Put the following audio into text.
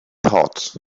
hot